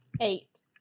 Eight